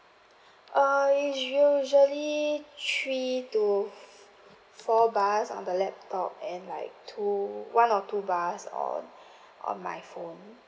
uh it's usually three to four bars on the laptop and like two one or two bars on on my phone